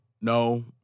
no